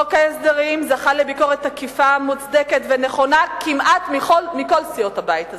חוק ההסדרים זכה לביקורת תקיפה מוצדקת ונכונה כמעט מכל סיעות הבית הזה,